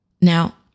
Now